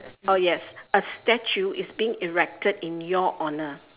oh yes a statue is being erected in your honour